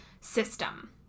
system